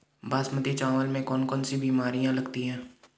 बासमती चावल में कौन कौन सी बीमारियां लगती हैं?